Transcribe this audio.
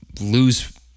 lose